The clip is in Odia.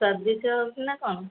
ସ୍ୱାଦିଷ୍ଟ ହେଉଛି ନା କ'ଣ